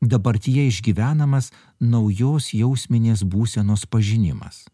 dabartyje išgyvenamas naujos jausminės būsenos pažinimas